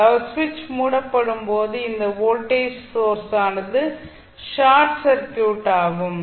அதாவது சுவிட்ச் மூடப்படும் போது இந்த வோல்டேஜ் சோர்ஸானது ஷார்ட் சர்க்யூட் ஆகும்